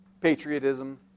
patriotism